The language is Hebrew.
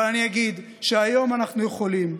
אבל אני אגיד שהיום אנחנו יכולים,